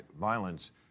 violence